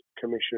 Commission